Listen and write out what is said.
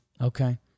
Okay